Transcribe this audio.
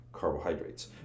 Carbohydrates